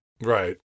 Right